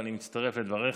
אני מצטרף לדבריך.